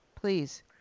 please